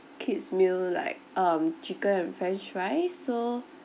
kids meal like um chicken and french fries so